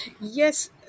Yes